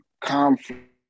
conflict